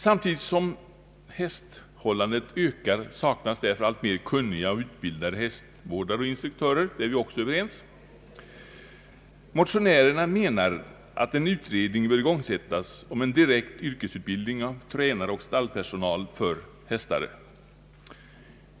Samtidigt som sålunda hästhållandet ökar saknas därför kunniga och utbildade hästvårdare och instruktörer alltmer. Därom är vi också överens. Motionärerna menar att en utredning bör igångsättas om en direkt yrkesutbildning av tränare och stallpersonal för hästar.